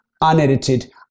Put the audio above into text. unedited